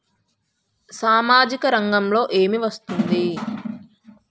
సామాజిక రంగంలో ఏమి వస్తుంది?